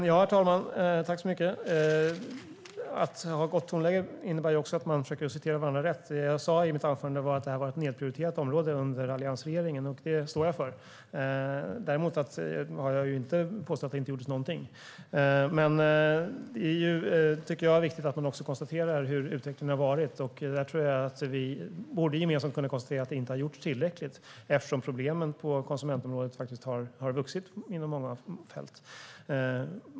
Herr talman! Att ha ett gott tonläge innebär också att man försöker citera varandra rätt. Det jag sa i mitt anförande var att det här var ett nedprioriterat område under alliansregeringen. Det står jag för. Däremot har jag inte påstått att det inte gjordes någonting. Det är, tycker jag, viktigt att man konstaterar hur utvecklingen har varit. Vi borde gemensamt kunna konstatera att det inte har gjorts tillräckligt, eftersom problemen på konsumentområdet faktiskt har vuxit inom många fält.